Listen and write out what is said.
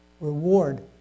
reward